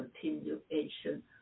continuation